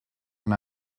and